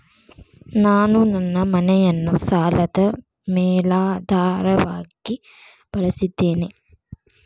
ನಾನು ನನ್ನ ಮನೆಯನ್ನು ಸಾಲದ ಮೇಲಾಧಾರವಾಗಿ ಬಳಸಿದ್ದೇನೆ